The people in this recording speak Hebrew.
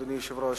אדוני היושב-ראש,